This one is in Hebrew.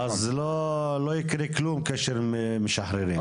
אז, לא יקרה כלום כאשר משחררים.